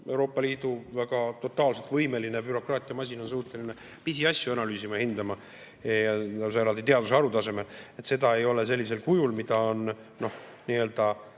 Euroopa Liidu totaalselt võimeline bürokraatiamasin on suuteline pisiasju analüüsima ja hindama lausa eraldi teadusharu tasemel, ei ole sellisel kujul, mida on nii‑öelda